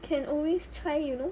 can always try you know